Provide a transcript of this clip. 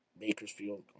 Bakersfield